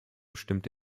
stimmte